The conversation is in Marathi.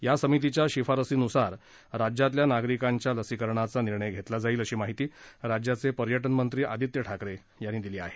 त्या समितीच्या शिफारसींनुसार राज्यातल्या नागरिकांच्या लसीकरणाचा निर्णय घेतला जाईल अशी माहिती राज्याचे पर्यटन मंत्री आदित्य ठाकरे यांनी दिली आहे